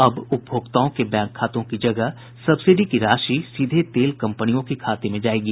अब उपभोक्ताओं के बैंक खातों की जगह सब्सिडी की राशि सीधे तेल कम्पनियों के खाते में जायेगी